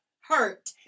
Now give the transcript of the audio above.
Hurt